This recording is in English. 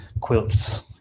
quilts